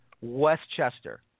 Westchester